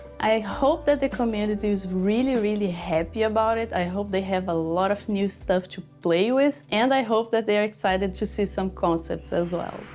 i hope that the community is really, really happy about it. i hope they have a lot of new stuff to play with. and i hope that they're excited to see some concepts, as well.